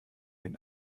den